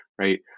right